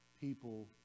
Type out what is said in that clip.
people